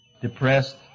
depressed